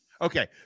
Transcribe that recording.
Okay